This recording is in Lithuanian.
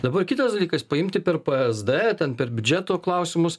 dabar kitas dalykas paimti per p es d ten per biudžeto klausimus